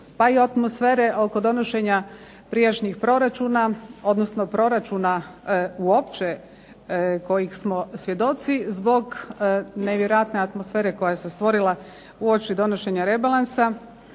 pa i atmosfere oko donošenja prijašnjih proračuna, odnosno proračuna uopće kojih smo svjedoci zbog nevjerojatne atmosfere koja se stvorila uoči donošenja rebalansa